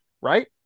right